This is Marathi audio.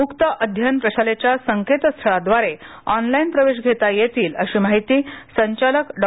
मुक्तअध्ययन प्रशालेच्या संकेतस्थळाद्वारे ऑनलाईन प्रवेश घेता येतील अशी माहिती संचालक डॉ